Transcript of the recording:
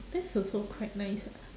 that's also quite nice ah